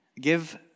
give